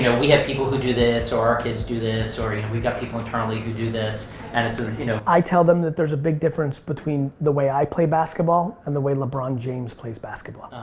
you know we have people who do this or our kids do this or you know, we've got people internally who do this and sort of you know. i tell them there's a big difference between the way i play basketball and the way lebron james plays basketball.